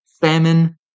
famine